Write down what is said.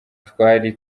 twari